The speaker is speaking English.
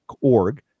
org